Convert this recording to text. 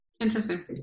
Interesting